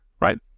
right